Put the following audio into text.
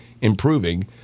improving